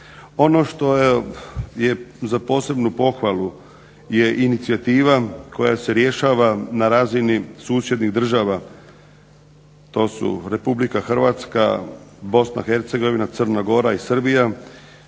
Ono što je za posebnu pohvalu je inicijativa koja se rješava na razini susjednih država, to su Republika Hrvatska, Bosna i Hercegovina, Crna Gora i Srbija